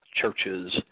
Churches